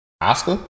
Oscar